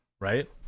right